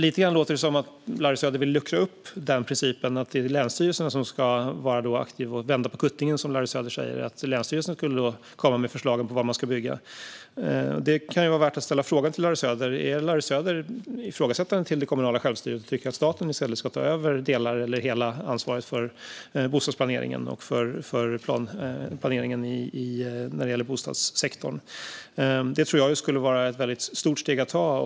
Det låter lite grann som att Larry Söder vill luckra upp den principen. Det skulle då vara länsstyrelserna som är aktiva. Larry Söder säger att man ska vända på kuttingen. Länsstyrelsen skulle då komma med förslag på var man ska bygga. Det kan vara värt att fråga Larry Söder: Ifrågasätter Larry Söder det kommunala självstyret? Tycker han att staten i stället ska ta över delar av eller hela ansvaret för bostadsplaneringen och för planeringen när det gäller bostadssektorn? Det tror jag skulle vara ett väldigt stort steg att ta.